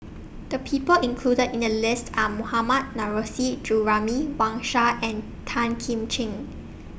The People included in The list Are Mohammad Nurrasyid Juraimi Wang Sha and Tan Kim Ching